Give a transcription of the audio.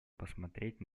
посмотреть